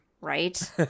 Right